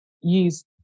use